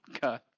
God